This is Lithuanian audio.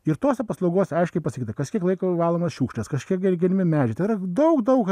ir tose paslaugose aiškiai pasakyta kas kiek laiko valomos šiukšlės kas kiek genimi medžiai tai yra daug daug